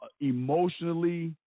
emotionally